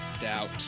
Doubt